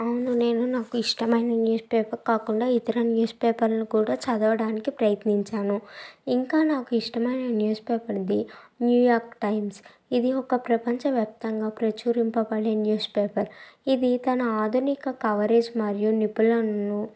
అవును నేను నాకు ఇష్టమైన న్యూస్ పేపర్ కాకుండా ఇతర న్యూస్ పేపర్లు కూడా చదవడానికి ప్రయత్నించాను ఇంకా నాకు ఇష్టమైన news paper the New York Times ఇది ఒక ప్రపంచ వ్యాప్తంగా ప్రచురింపబడే న్యూస్ పేపర్ ఇది తన ఆధునిక కవరేజ్ మరియు నిపుణులను